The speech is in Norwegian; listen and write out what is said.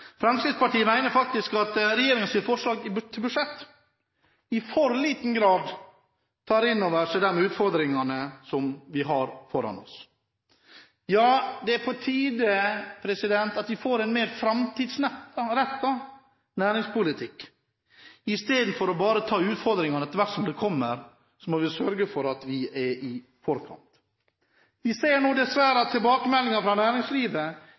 Fremskrittspartiet mener faktisk at regjeringens forslag til budsjett i for liten grad tar inn over seg de utfordringene vi har foran oss. Det er på tide at vi får en mer fremtidsrettet næringspolitikk. I stedet for bare å ta utfordringene etter hvert som de kommer, må vi sørge for å være i forkant. Vi ser nå dessverre at tilbakemeldingene fra næringslivet